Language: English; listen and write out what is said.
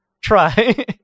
Try